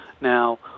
Now